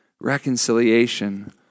reconciliation